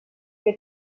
que